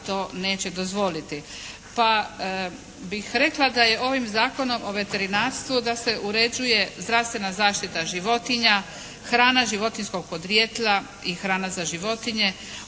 pa bih rekla da je ovim Zakonom o veterinarstvu da se uređuje zdravstvena zaštita životinja, hrana životinjskog podrijetla i hrana za životinje,